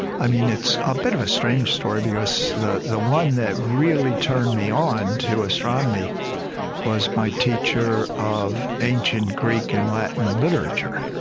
ah it's a bit of strange story because the the one that really turned me on to astronomy was my teacher of ancient greek and latin literature,